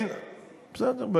בסדר,